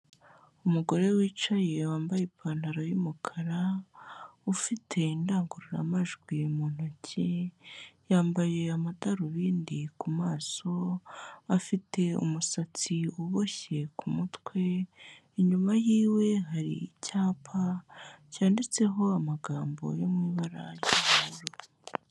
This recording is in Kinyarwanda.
Umugore wicaye wambaye ipantaro y'umukara ufite indangururamajwi mu ntoki, yambaye amadarubindi ku maso, afite umusatsi uboshye ku mutwe, inyuma yiwe hari icyapa cyanditseho amagambo yo mu ibara ry'ubururu.